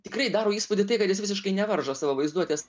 tikrai daro įspūdį tai kad jis visiškai nevaržo savo vaizduotės